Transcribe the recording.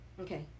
Okay